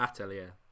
Atelier